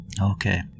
Okay